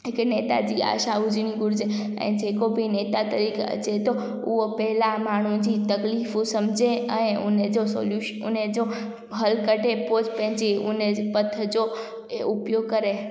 हिक नेता जी आशा हुजिड़ी घुरिजे ऐं जेको बि नेता ठई अचे थो उहो पहिला माण्हू जी तकलीफ़ूं समुझे ऐं हुनजो सोल्यूशन हुनजो हल कढे पोइ ज पंहिंजी हुन पथ जो उपयोग करे